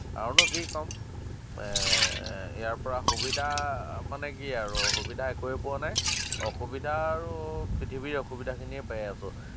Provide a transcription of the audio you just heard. আৰুনো কি ক'ম ইয়াৰ পৰা সুবিধা মানে কি আৰু সুবিধা একোৱেই পোৱা নাই অসুবিধা আৰু পৃথিৱীৰ অসুবিধাখিনিয়ে পাই আছোঁ